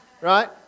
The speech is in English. right